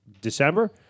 December